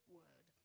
word